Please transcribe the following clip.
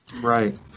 Right